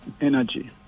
energy